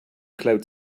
cloud